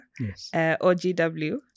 OGW